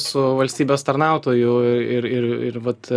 su valstybės tarnautojų ir ir ir vat